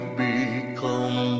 become